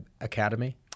academy